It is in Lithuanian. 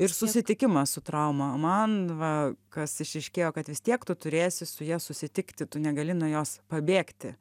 ir susitikimas su trauma man va kas išaiškėjo kad vis tiek tu turėsi su ja susitikti tu negali nuo jos pabėgti